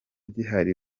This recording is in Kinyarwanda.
gihari